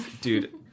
Dude